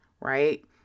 right